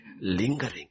lingering